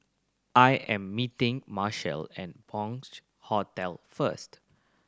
I am meeting Marshal at Bunc Hostel first